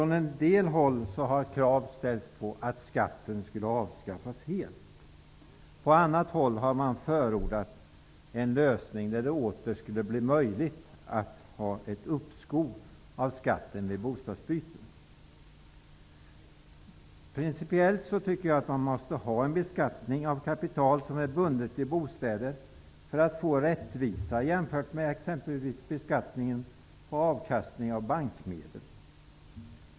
Det har ställts krav från en del håll på att skatten skall avskaffas helt. På annat håll har man förordat en lösning där det åter skall bli möjligt att få uppskov på skatten vid bostadsbyten. Jag tycker principiellt att det skall vara en beskattning av kapital som är bundet i bostäder för att få rättvisa jämfört med beskattning av avkastning på bankmedel.